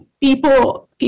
People